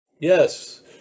yes